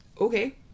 Okay